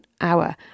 hour